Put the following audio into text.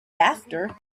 after